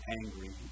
angry